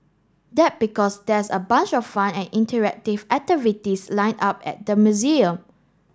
that because there's a bunch of fun and interactive activities lined up at the museum